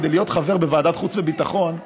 כדי להיות חבר בוועדת החוץ והביטחון,